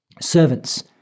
servants